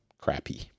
crappy